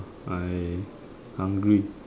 I hungry